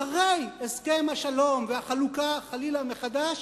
אחרי הסכם השלום והחלוקה, חלילה, מחדש,